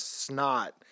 snot